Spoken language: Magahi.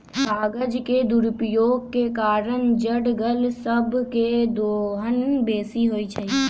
कागज के दुरुपयोग के कारण जङगल सभ के दोहन बेशी होइ छइ